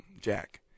Jack